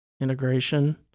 integration